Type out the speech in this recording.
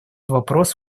вопрос